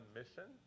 mission